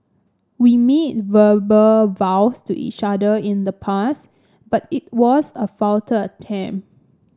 we made verbal vows to each other in the past but it was a futile attempt